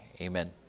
Amen